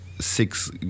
six